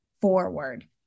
forward